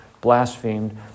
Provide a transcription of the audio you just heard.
blasphemed